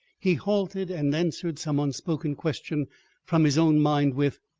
he halted and answered some unspoken question from his own mind with,